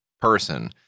person